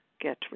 get